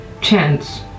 chance